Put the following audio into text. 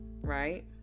right